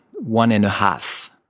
one-and-a-half